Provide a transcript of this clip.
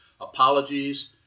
apologies